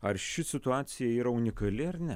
ar ši situacija yra unikali ar ne